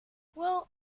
well